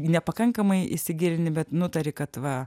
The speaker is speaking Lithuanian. nepakankamai įsigilini bet nutari kad va